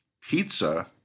Pizza